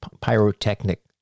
pyrotechnic